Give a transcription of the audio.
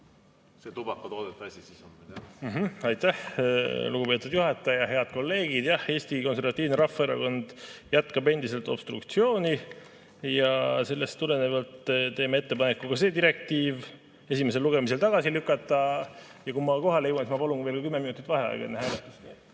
See tubakatoodete asi siis on meil. Aitäh, lugupeetud juhataja! Head kolleegid! Jah, Eesti Konservatiivne Rahvaerakond jätkab endiselt obstruktsiooni ja sellest tulenevalt teeme ettepaneku ka see direktiiv esimesel lugemisel tagasi lükata. Ja kui ma kohale jõuan, siis ma palun veel kümme minutit vaheaega